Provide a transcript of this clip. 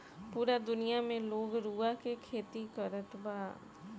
पूरा दुनिया में लोग रुआ के खेती करत बा